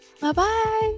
Bye-bye